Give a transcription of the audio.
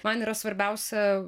man yra svarbiausia